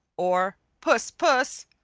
or puss, puss.